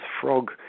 frog